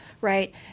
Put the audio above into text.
right